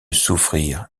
souffrir